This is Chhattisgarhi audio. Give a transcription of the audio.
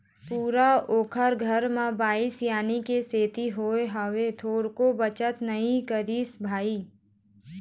पूरा ओखर घर म बाई सियानी के सेती होय हवय, थोरको बचत नई करिस भई